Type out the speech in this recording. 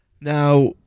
Now